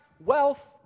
wealth